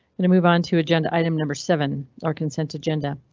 and move on to agenda item number seven or consent agenda.